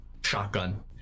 shotgun